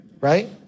right